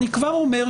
אני כבר אומר,